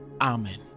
Amen